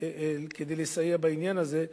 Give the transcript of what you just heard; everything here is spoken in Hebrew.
כדי לסייע בעניין הזה,